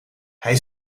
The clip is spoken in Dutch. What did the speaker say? hij